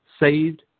saved